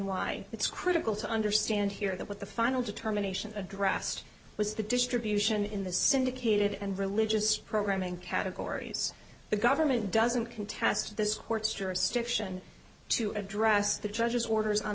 why it's critical to understand here that what the final determination addressed was the distribution in the syndicated and religious programming categories the government doesn't contest this court's jurisdiction to address the judge's orders on